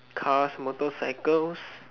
cars motorcycles